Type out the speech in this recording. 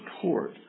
support